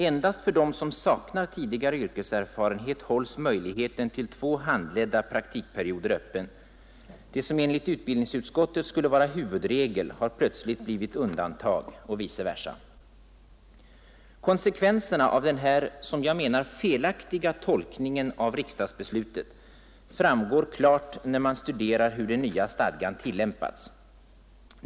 Endast för dem som saknar tidigare yrkeserfarenhet hålls möjligheten till två handledda praktikperioder öppen. Det som enligt utbildningsutskottet skulle vara huvudregel har plötsligt blivit undantag och vice versa. Konsekvenserna av den här — som jag menar — felaktiga tolkningen av riksdagsbeslutet framgår klart när man studerar hur den nya stadgan tillämpats.